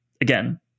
again